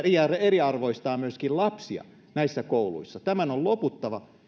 eriarvoistaa myöskin lapsia näissä kouluissa tämän on loputtava